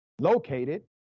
located